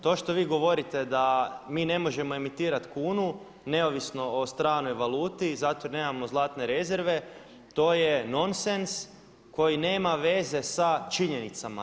To što vi govorite da mi ne možemo emitirat kunu neovisno o stranoj valuti zato jer nemamo zlatne rezerve to je nonsens koji nema veze sa činjenicama.